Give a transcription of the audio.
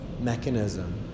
mechanism